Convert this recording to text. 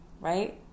right